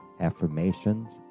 affirmations